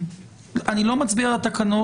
אני מצביע על התקנות.